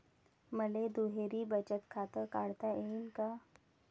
मले दुहेरी बचत खातं काढता येईन का?